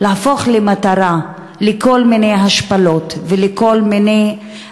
הופכים למטרה לכל מיני השפלות ולכל מיני